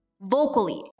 vocally